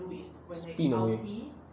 speed away